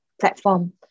platform